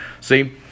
see